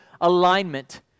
alignment